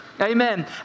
Amen